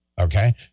okay